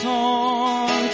on